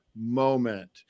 moment